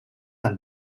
not